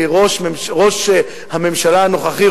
מראש הממשלה הנוכחי,